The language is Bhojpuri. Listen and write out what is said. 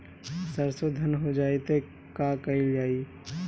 सरसो धन हो जाई त का कयील जाई?